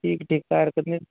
ठीक ठीक काही हरकत नाही